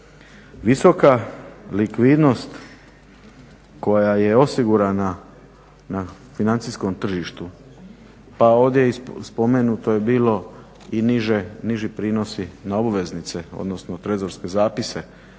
Visoka likvidnost koja je osigurana na financijskom tržištu, pa ovdje je spomenuto je bilo i niži prinosi na obveznice, odnosno trezorske zapise